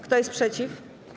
Kto jest przeciw?